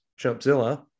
Jumpzilla